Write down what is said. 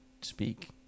speak